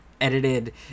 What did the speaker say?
edited